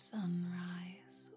sunrise